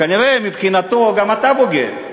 כנראה, מבחינתו, גם אתה בוגד,